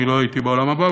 אני לא הייתי בעולם הבא,